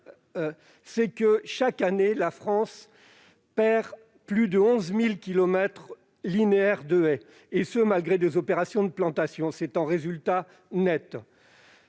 c'est que chaque année la France perd plus de 11 000 kilomètres linéaires de haies, et ce malgré des opérations de plantations- c'est un résultat net.